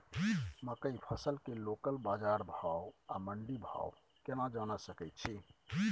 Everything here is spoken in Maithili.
मकई फसल के लोकल बाजार भाव आ मंडी भाव केना जानय सकै छी?